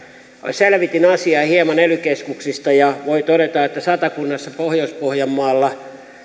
selvitin asiaa hieman ely keskuksista ja voi todeta että satakunnassa ja pohjois pohjanmaalla nämä